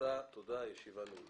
הצבעה בעד 2 נגד אין